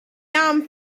arm